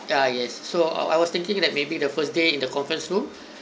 ah yes so I was thinking that maybe the first day in the conference room